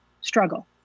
struggle